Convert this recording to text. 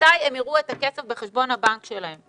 מתי הם יראו את הכסף בחשבון הבנק שלהם?